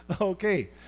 Okay